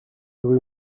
rue